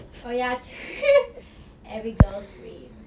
oh ya true every girl's dream